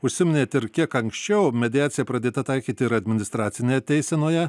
užsiminėte ir kiek anksčiau mediacija pradėta taikyti ir administracinėje teisenoje